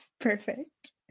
Perfect